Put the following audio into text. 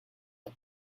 the